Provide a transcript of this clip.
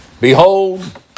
Behold